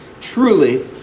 truly